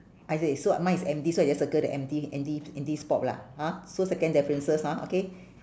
okay so mine is empty so I just circle the empty empty empty spot lah hor so second differences hor okay